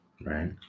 Right